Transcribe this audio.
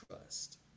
trust